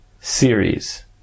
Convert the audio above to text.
Series